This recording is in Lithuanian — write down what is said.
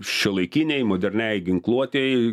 šiuolaikinei moderniai ginkluotei